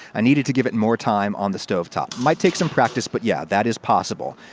i needed to give it more time on the stovetop. might take some practice, but yeah, that is possible.